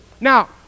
Now